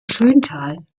schöntal